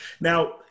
Now